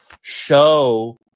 show